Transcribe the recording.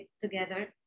together